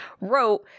wrote